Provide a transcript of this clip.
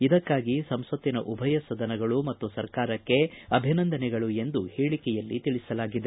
ಇದಕ್ಕಾಗಿ ಸಂಸತ್ತಿನ ಉಭಯ ಸದನಗಳು ಮತ್ತು ಸರ್ಕಾರಕ್ಷೆ ಅಭಿನಂದನೆಗಳು ಎಂದು ಹೇಳಿಕೆಯಲ್ಲಿ ತಿಳಿಸಲಾಗಿದೆ